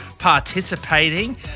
participating